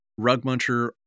Rugmuncher